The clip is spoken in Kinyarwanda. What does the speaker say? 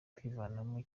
kwivanamo